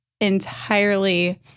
entirely